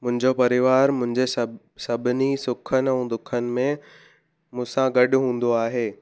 मुंहिंजो परिवारु मुंहिंजे सभु सभिनी सुखनि ऐं दुखनि में मूं सां गॾु हूंदो आहे